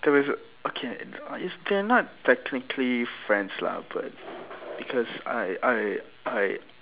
there is okay uh it's they are not technically friends lah but because I I I